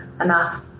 enough